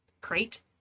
crate